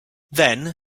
then